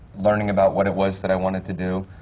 learning about what it was that i wanted to do.